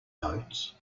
notes